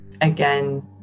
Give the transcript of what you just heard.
again